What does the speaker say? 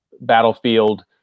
Battlefield